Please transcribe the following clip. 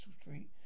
street